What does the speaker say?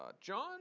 John